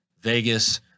Vegas